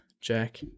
Jack